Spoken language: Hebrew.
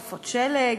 סופות שלג,